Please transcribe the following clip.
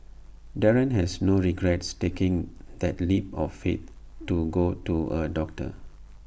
Darren has no regrets taking that leap of faith to go to A doctor